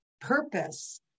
purpose